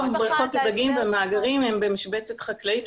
בריכות הדגים ומאגרים הם במשבצת חקלאית,